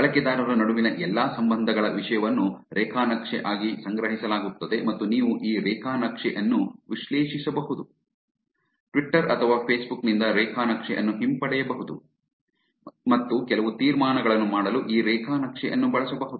ಬಳಕೆದಾರರ ನಡುವಿನ ಎಲ್ಲಾ ಸಂಬಂಧಗಳ ವಿಷಯವನ್ನು ರೇಖಾ ನಕ್ಷೆ ಆಗಿ ಸಂಗ್ರಹಿಸಲಾಗುತ್ತದೆ ಮತ್ತು ನೀವು ಆ ರೇಖಾ ನಕ್ಷೆ ಅನ್ನು ವಿಶ್ಲೇಷಿಸಬಹುದು ಟ್ವಿಟರ್ ಅಥವಾ ಫೇಸ್ಬುಕ್ ನಿಂದ ರೇಖಾ ನಕ್ಷೆ ಅನ್ನು ಹಿಂಪಡೆಯಬಹುದು ಮತ್ತು ಕೆಲವು ತೀರ್ಮಾನಗಳನ್ನು ಮಾಡಲು ಈ ರೇಖಾ ನಕ್ಷೆ ಅನ್ನು ಬಳಸಬಹುದು